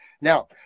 now